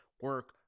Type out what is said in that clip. Work